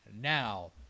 Now